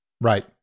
Right